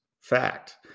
fact